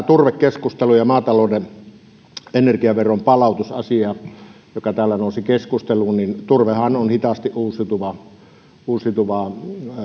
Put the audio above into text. turvekeskusteluun ja maatalouden energiaveron palautusasiaan joka täällä nousi keskusteluun turvehan on hitaasti uusiutuva uusiutuva